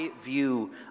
view